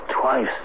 twice